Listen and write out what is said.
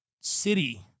city